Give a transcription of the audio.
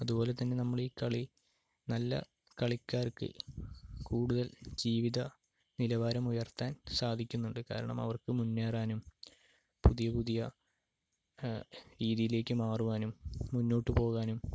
അതുപോലെത്തന്നെ നമ്മളീ കളി നല്ല കളിക്കാർക്ക് കൂടുതൽ ജീവിത നിലവാരം ഉയർത്താൻ സാധിക്കുന്നുണ്ട് കാരണം അവർക്ക് മുന്നേറാനും പുതിയ പുതിയ രീതിയിലേക്ക് മാറുവാനും മുന്നോട്ടു പോകുവാനും